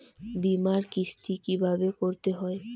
বিমার কিস্তি কিভাবে করতে হয়?